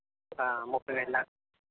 ముప్పై వేల దాకా